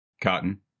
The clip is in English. Cotton